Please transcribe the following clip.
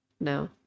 No